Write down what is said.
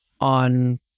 on